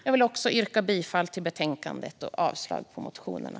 Jag yrkar bifall till utskottets förslag i betänkandet och avslag på motionerna.